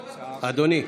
משה אבוטבול, אדוני.